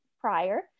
prior